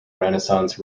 renaissance